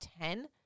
ten